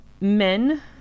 men